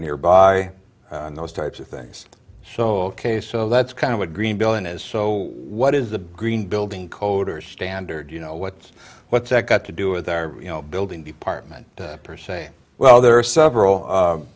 nearby and those types of things so ok so that's kind of a green building is so what is the green building code or standard you know what's what's that got to do with our you know building department per se well there are several